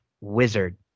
wizard